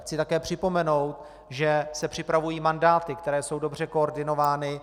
Chci také připomenout, že se připravují mandáty, které jsou dobře koordinovány.